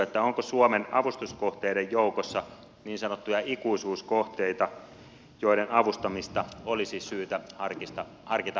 onko suomen avustuskohteiden joukossa niin sanottuja ikuisuuskohteita joiden avustamista olisi syytä harkita uudestaan